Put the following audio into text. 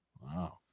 Wow